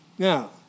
Now